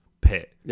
pit